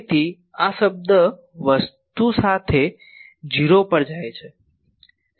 તેથી આ પદ વસ્તુ સાથે 0 પર જાય છે